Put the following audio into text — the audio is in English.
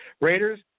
Raiders